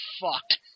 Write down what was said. fucked